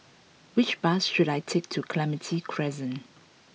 which bus should I take to Clementi Crescent